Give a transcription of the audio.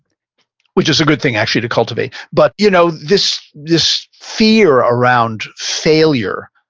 which is a good thing actually to cultivate, but you know this this fear around failure.